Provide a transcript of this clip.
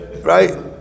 right